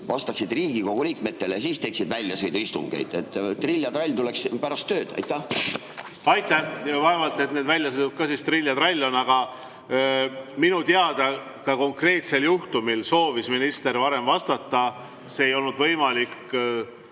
vastaksid Riigikogu liikmetele ning siis teeksid väljasõiduistungeid, nii et trill ja trall tuleks ikka pärast tööd? Aitäh! Vaevalt, et need väljasõidud ka siis trill ja trall on. Aga minu teada ka konkreetsel juhtumil soovis minister varem vastata, kuid see ei olnud võimalik